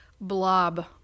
Blob